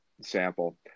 sample